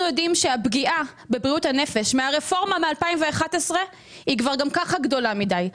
ושהפגיעה בבריאות הנפש מאז הרפורמה ב-2011 הם כבר גם כך גדולים מדי,